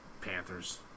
Panthers